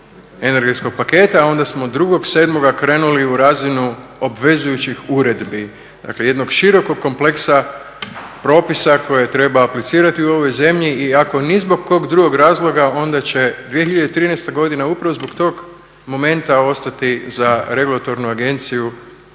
energetskog paketa. Onda smo 2.7. krenuli u razinu obvezujućih uredbi. Dakle, jednog širokog kompleksa propisa koje treba aplicirati u ovoj zemlji i ako ni zbog kog drugog razloga onda će 2013. godina upravo zbog tog momenta ostati za Regulatornu agenciju